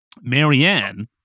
Marianne